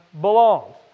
belongs